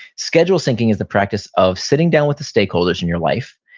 schedule syncing is the practice of sitting down with the stakeholders in your life,